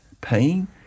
pain